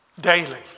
Daily